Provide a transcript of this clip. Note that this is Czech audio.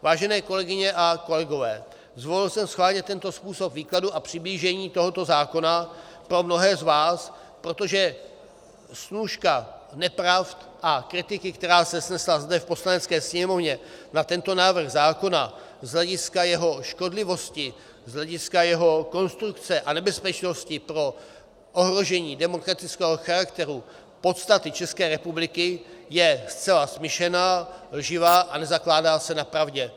Vážené kolegyně a kolegové, zvolil jsem schválně tento způsob výkladu a přiblížení tohoto zákona pro mnohé z vás, protože snůška nepravd a kritiky, která se snesla zde v Poslanecké sněmovně na tento návrh zákona z hlediska jeho škodlivosti, z hlediska jeho konstrukce a nebezpečnosti pro ohrožení demokratického charakteru, podstaty ČR, je zcela smyšlená, lživá a nezakládá se na pravdě.